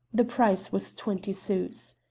the price was twenty sous.